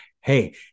Hey